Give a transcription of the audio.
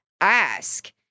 Ask